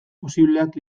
posibleak